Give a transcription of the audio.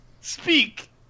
speak